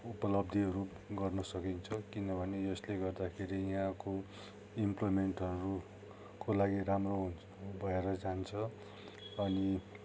उपलब्धीहरू गर्न सकेको छ किनभने यसले गर्दाखेरि यहाँको इम्प्लोइमेन्टहरूको लागि राम्रो हुन्छ भएर जान्छ अनि